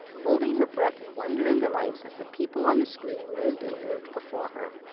holding her breath in wonder and delight as the people on the screen lived and moved before her.